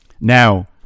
Now